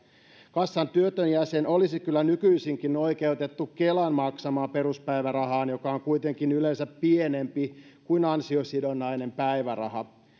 kassan työtön jäsen olisi kyllä nykyisinkin oikeutettu kelan maksamaan peruspäivärahaan joka on kuitenkin yleensä pienempi kuin ansiosidonnainen päiväraha